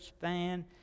fan